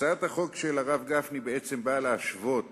הצעת החוק של הרב גפני בעצם באה להשוות